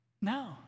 No